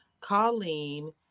Colleen